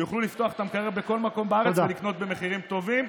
שיוכלו לפתוח את המקרר בכל מקום בארץ ולקנות במחירים טובים.